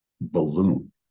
balloon